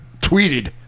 tweeted